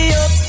up